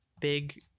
big